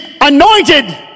anointed